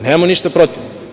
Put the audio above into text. Nemamo ništa protiv.